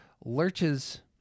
lurches